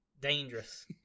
Dangerous